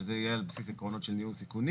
שזה יהיה על בסיס עקרונות של ניהול סיכונים.